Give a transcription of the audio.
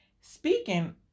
Speaking